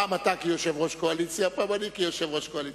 פעם אתה כיושב-ראש קואליציה ופעם אני כיושב-ראש קואליציה.